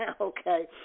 okay